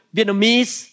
Vietnamese